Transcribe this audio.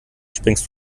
springst